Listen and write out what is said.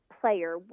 player